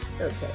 Okay